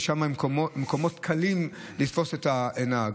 מקומות שבהם קל לתפוס את הנהג.